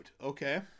Okay